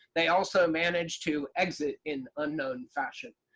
they also managed to exit in unknown fashion.